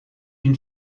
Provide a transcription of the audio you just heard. une